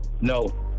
No